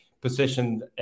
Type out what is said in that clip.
positioned